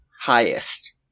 highest